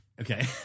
Okay